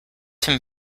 him